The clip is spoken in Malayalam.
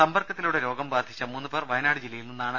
സമ്പർക്കത്തിലൂടെ രോഗം ബാധിച്ച മൂന്ന് പേർ വയനാട് ജില്ലയിൽ നിന്നാണ്